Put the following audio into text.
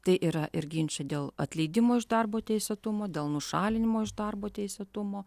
tai yra ir ginčai dėl atleidimo iš darbo teisėtumo dėl nušalinimo iš darbo teisėtumo